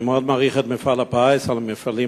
אני מאוד מעריך את מפעל הפיס על המפעלים